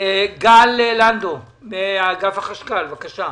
גל לנדו, אגף החשכ"ל, בבקשה.